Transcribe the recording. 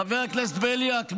חבר הכנסת בליאק,